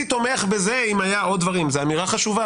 תומך בזה אם היה עוד דברים זו אמירה חשובה,